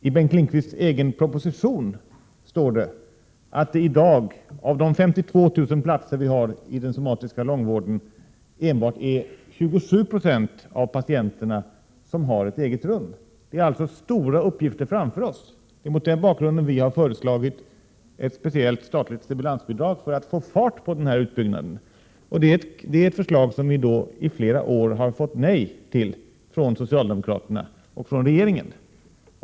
I Bengt Lindqvists egen proposition står det att det i dag på de 52 000 platser vi har i den somatiska långvården enbart är 27 96 av patienterna som har ett eget rum. Det är alltså stora uppgifter vi har framför oss. Det är mot den bakgrunden folkpartiet har föreslagit ett speciellt statligt stimulansbidrag för att få fart på utbyggnaden, och det är ett förslag som vi i flera år har fått nej på från socialdemokraterna och regeringen.